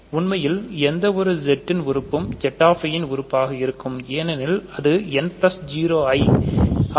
உண்மையில் எந்த ஒரு Z ன் உறுப்பும் Z i ன் உறுப்பாக இருக்கும்ஏனெனில் அது n0 i ஆகும்